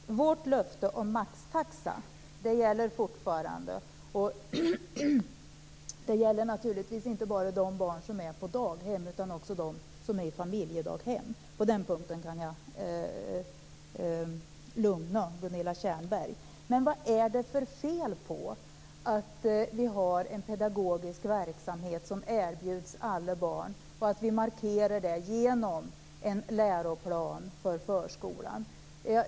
Fru talman! Vårt löfte om maxtaxa gäller fortfarande. Det gäller naturligtvis inte bara de barn som är på daghem utan också de barn som är i familjedaghem. På den punkten kan jag lugna Gunilla Tjernberg. Men vad är det för fel på att vi har en pedagogisk verksamhet som erbjuds alla barn och att vi markerar det genom en läroplan för förskolan?